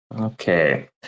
okay